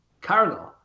Cargo